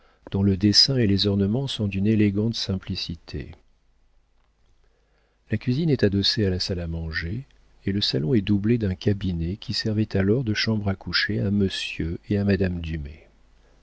dont le dessin et les ornements sont d'une élégante simplicité la cuisine est adossée à la salle à manger et le salon est doublé d'un cabinet qui servait alors de chambre à coucher à monsieur et à madame